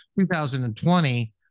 2020